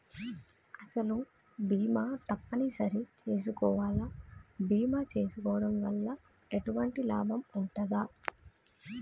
అసలు బీమా తప్పని సరి చేసుకోవాలా? బీమా చేసుకోవడం వల్ల ఎటువంటి లాభం ఉంటది?